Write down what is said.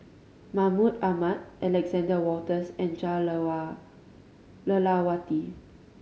Mahmud Ahmad Alexander Wolters and Jah Lelawati